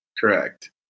Correct